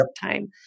time